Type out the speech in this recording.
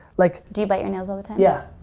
like do you bite your nails all the time? yeah.